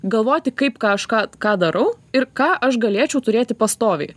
galvoti kaip kažką ką darau ir ką aš galėčiau turėti pastoviai